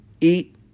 Eat